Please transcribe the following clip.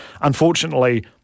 unfortunately